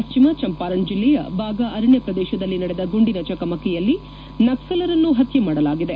ಪಶ್ಚಿಮ ಚಂಪಾರಣ್ ಜಿಲ್ಲೆಯ ಬಾಗಾ ಅರಣ್ಣ ಪ್ರದೇಶದಲ್ಲಿ ನಡೆದ ಗುಂಡಿನ ಚಕಮಕಿಯಲ್ಲಿ ನಕ್ಸಲರನ್ನು ಹತ್ಯ ಮಾಡಲಾಗಿದೆ